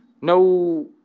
no